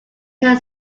ten